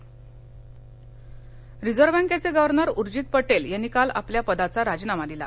राजीनामा रिझर्व बँकेचे गव्हर्नर उर्जित पटेल यांनी काल आपल्या पदाचा राजीनामा दिला